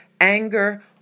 anger